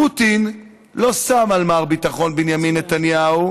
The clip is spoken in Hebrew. פוטין לא שם על מר ביטחון בנימין נתניהו,